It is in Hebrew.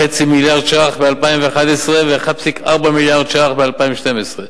מיליארד ש"ח ב-2011 וב-1.4 מיליארד ש"ח ב-2012,